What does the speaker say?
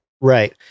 Right